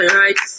right